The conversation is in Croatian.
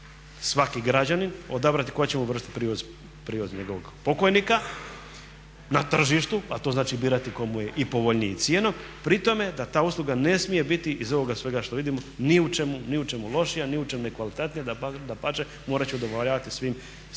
svaki građanin, odabrati koja će mu vršiti prijevoz njegovog pokojnika, na tržištu, a to znači birati tko mu je i povoljniji cijenom, pri tome da ta usluga ne smije biti iz ovoga svega što vidimo ni u čemu lošija, ni u čemu nekvalitetnija, dapače morat će udovoljavati svim tehničkim